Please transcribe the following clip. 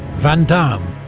vandamme,